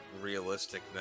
realistic